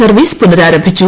service പുനരാരംഭിച്ചു